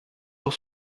sur